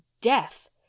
Death